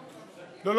לא,